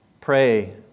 pray